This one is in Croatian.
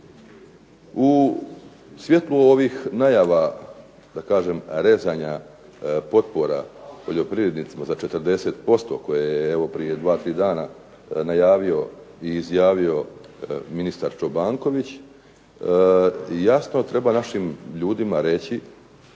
U svijetlu ovih najava da kažem rezanja potpora poljoprivrednicima za 40% koje je evo prije dva, tri dana najavio i izjavio ministar Čobanković, jasno treba našim ljudima reći